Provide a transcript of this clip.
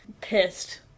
pissed